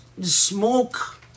smoke